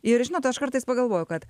ir žinot aš kartais pagalvoju kad